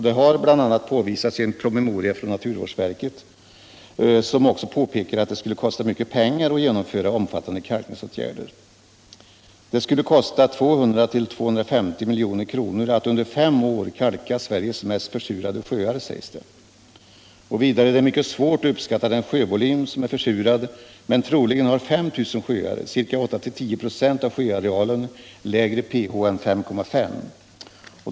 Detta har bl.a. påvisats i en promemoria från naturvårdsverket, som också påpekar att det skulle kosta mycket pengar att genomföra omfattande kalkningsåtgärder. Det skulle kosta 200-250 milj.kr. att under fem år kalka Sveriges mest försurade sjöar, sägs det. Vidare heter det: Det är mycket svårt att uppskatta den sjövolym som är försurad, men troligen har 5 000 sjöar — ca 8-10 96 av sjöarealen — lägre pH än 5,5.